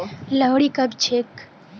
लोहड़ी कब छेक